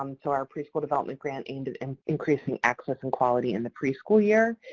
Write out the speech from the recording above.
um so our preschool development grant aimed at and increasing access and quality in the preschool year.